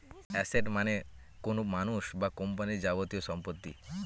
asset মানে কোনো মানুষ বা কোম্পানির যাবতীয় সম্পত্তি